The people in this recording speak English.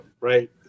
right